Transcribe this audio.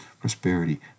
prosperity